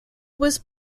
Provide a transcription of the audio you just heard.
was